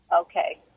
Okay